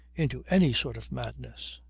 into any sort of madness.